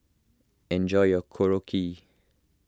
enjoy your Korokke